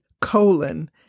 colon